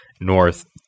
north